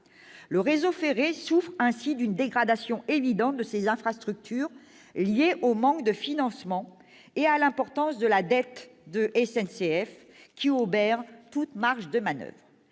Le réseau ferré souffre ainsi d'une dégradation évidente de ses infrastructures, liée au manque de financement et à l'importance de la dette de la SNCF qui obère toute marge de manoeuvre.